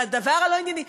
מהדבר הלא-ענייני?